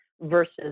versus